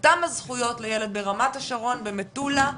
אותם הזכויות לילד ברמת השרון, במטולה,